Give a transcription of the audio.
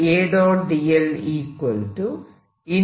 dlA